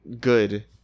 good